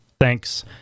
thanks